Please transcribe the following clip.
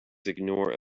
ignore